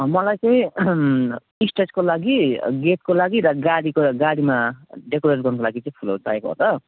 मलाई चाहिँ स्टेजको लागि गेटको लागि र गाडीको गाडीमा डेकोरेट गर्नुको लागि चाहिँ फुलहरू चाहिएको हो त